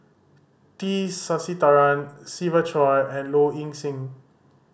T Sasitharan Siva Choy and Low Ing Sing